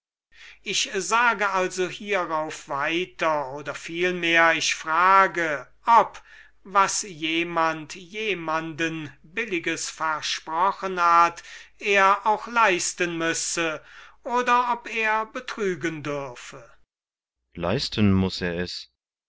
ich sage also hierauf weiter oder vielmehr ich frage ob was jemand jemandem gerechtes versprochen hat er auch leisten müsse oder ob er betrügen dürfe kriton leisten muß er es